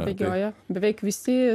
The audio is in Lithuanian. bėgioja beveik visi